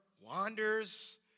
wanders